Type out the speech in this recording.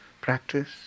practice